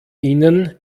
ihnen